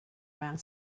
around